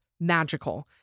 magical